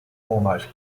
almost